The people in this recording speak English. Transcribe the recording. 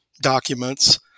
documents